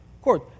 court